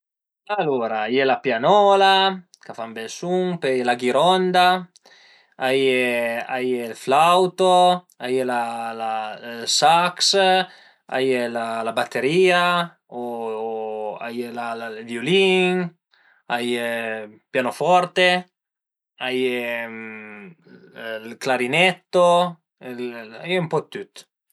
Alura a ie la pianola ch'a fa ën bel sun, pöi a ie la ghironda, a ie ie ël flauto, a ie la la ël sax, a ie la batteria o a ie ël viulin, a ie ël pianoforte, a ie ël clarinetto, a ie ën po dë tüt